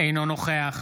אינו נוכח